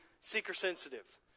seeker-sensitive